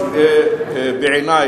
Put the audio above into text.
היות שבעיני,